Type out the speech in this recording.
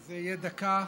זה יהיה דקה.